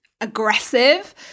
aggressive